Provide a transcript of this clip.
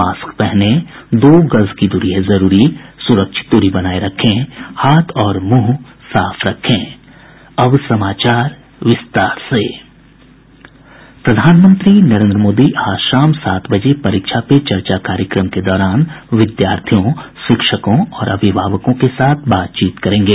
mask पहनें दो गज दूरी है जरूरी सुरक्षित दूरी बनाये रखें हाथ और मुंह साफ रखें प्रधानमंत्री नरेन्द्र मोदी आज शाम सात बजे परीक्षा पे चर्चा कार्यक्रम के दौरान विद्यार्थियों शिक्षकों और अभिभावकों के साथ बातचीत करेंगे